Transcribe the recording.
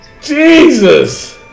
Jesus